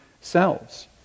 selves